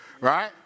Right